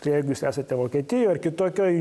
tai jeigu jūs esate vokietijoj ar kitokioj